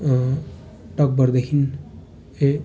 तकभरदेखि ए